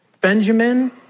Benjamin